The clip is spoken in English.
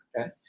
okay